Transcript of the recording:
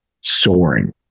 soaring